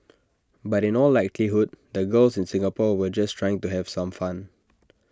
but in all likelihood the girls in Singapore were just trying to have some fun